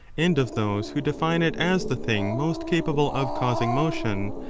and of those who define it as the thing most capable of causing motion,